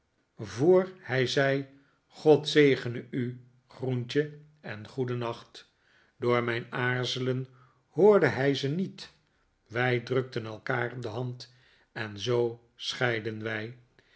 voor hij zei god zegene u groentje en goedennacht door mijn aarzelen hoorde hijze niet wij drukten elkaar de hand en zoo scheidden wij